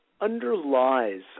underlies